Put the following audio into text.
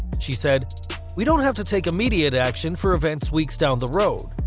she said we don't have to take immediate action for events weeks down the road.